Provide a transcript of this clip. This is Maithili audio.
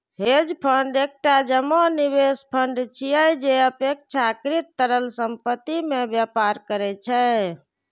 हेज फंड एकटा जमा निवेश फंड छियै, जे अपेक्षाकृत तरल संपत्ति मे व्यापार करै छै